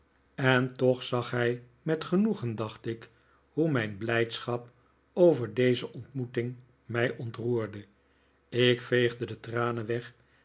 en toch zag hij met genoegen dacht ik hoe mijn blijdschap over deze ontmoeting mij ontroerde ik veegde de tranen weg